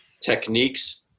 techniques